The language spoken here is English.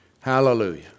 Hallelujah